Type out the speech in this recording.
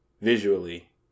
visually